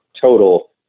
total